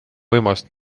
võimas